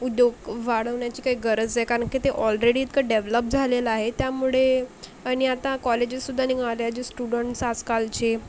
उद्योग वाढवण्याची काही गरज आहे कारण की ते ऑलरेडी इतकं डॅव्हलप झालेलं आहे त्यामुळे आणि आता कॉलेजीससुद्धा निघून आले आहे जे स्टूडंट्स आजकालचे